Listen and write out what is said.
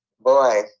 Boy